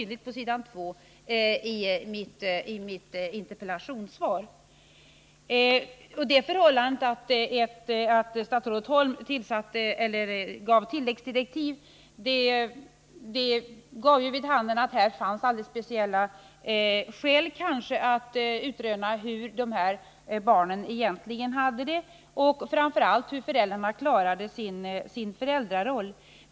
Det förhållandet att statsrådet Holm gav tilläggsdirektiv ger ju också vid handen att det kanske fanns alldeles speciella skäl att utröna hur dessa barn egentligen hade det — och framför allt hur föräldrarna klarade sin föräldraroll.